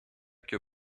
que